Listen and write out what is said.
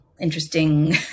interesting